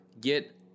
get